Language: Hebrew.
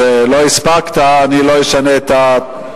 אני לא הספקתי להגיע.